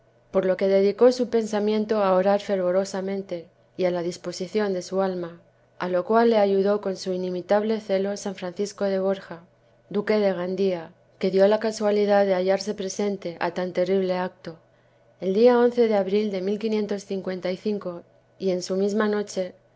por lo que dedicó su pensamiento á orar fervorosamente y á la disposicion de su alma á lo cual le ayudó con su inimitable celo san francisco de borja duque de gandía que dió la casualidad de hallarse presente á tan terrible acto el dia de abril de y en su misma noche